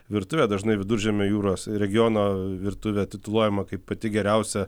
virtuvė dažnai viduržemio jūros regiono virtuvė tituluojama kaip pati geriausia